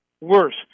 worse